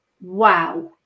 wow